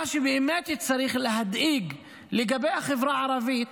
מה שבאמת צריך להדאיג לגבי החברה הערבית